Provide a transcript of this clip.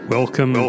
Welcome